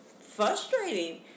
frustrating